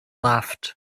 laughed